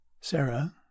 Sarah